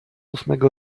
ósmego